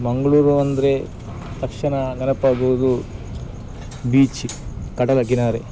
ಮಂಗಳೂರು ಅಂದರೆ ತಕ್ಷಣ ನೆನಪಾಗುವುದು ಬೀಚ್ ಕಡಲ ಕಿನಾರೆ